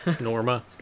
Norma